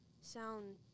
sound